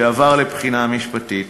שעבר לבחינה משפטית,